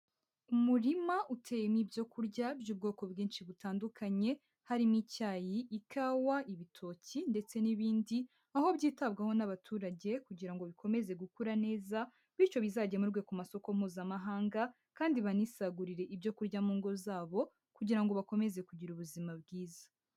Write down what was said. Umurima uteyemo ibyo kurya by'ubwoko bwinshi butandukanye; harimo icyayi, ikawa, ibitoki ndetse n'ibindi, aho byitabwaho n'abaturage kugira ngo bikomeze gukura neza, bityo bizagemurwe ku masoko mpuzamahanga kandi banisagurire ibyo kurya mu ngo zabo, kugira ngo bakomeze kugira ubuzima bwiza.